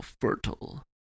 fertile